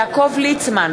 יעקב ליצמן,